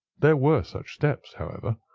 there were such steps, however.